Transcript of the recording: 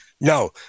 No